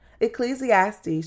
Ecclesiastes